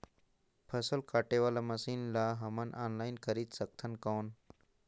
फसल काटे वाला मशीन ला हमन ऑनलाइन खरीद सकथन कौन?